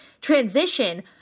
transition